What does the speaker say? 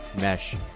Mesh